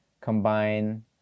combine